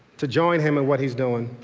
to join him in what he is doing.